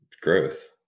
Growth